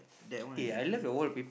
that one